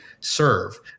serve